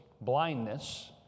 blindness